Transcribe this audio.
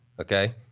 okay